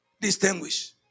distinguish